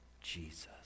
Jesus